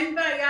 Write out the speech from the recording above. אין בעיה,